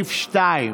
לסעיף 2,